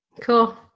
Cool